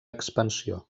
expansió